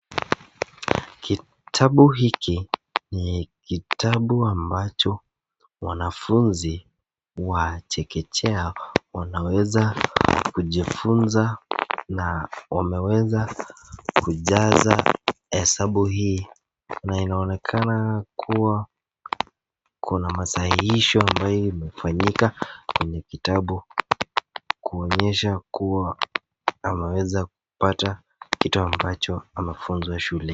Kitabu hiki ni kitabu ambacho wanafunzi wa chekechea wanaweza kujifunza na wameweza kujaza hesabu hii na inaonekana ya kuwa kuna masahihisho ambayo imefanyika kwenye kitabu kuonyesha kuwa ameweza kupata kitu ambacho amefunzwa shuleni.